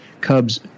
Cubs